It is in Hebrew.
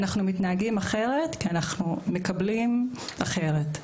אנחנו מתנהגים אחרת כי אנחנו מקבלים אחרת.